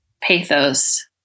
pathos